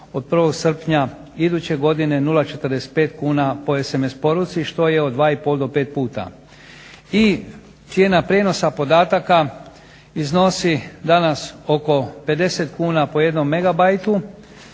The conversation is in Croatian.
od 1.srpnja iduće godine 0,45 kuna po SMS poruci što je od 2,5 do 5 puta. I cijena prijenosa podataka iznosi danas oko 50 kn po 1 MB, a od 1.